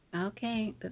Okay